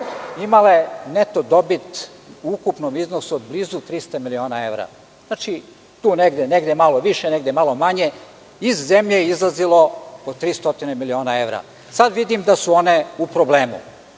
imale neto dobit u ukupnom iznosu od blizu 300 miliona evra. Znači, tu negde, negde malo više, negde malo manje, iz zemlje je izlazilo oko 300 miliona evra. Sad vidim da su one u problemu. Ako